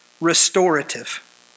restorative